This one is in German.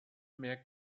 mehr